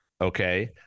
Okay